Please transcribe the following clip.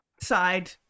side